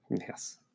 Yes